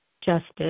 justice